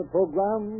program